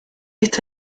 este